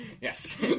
Yes